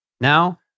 Now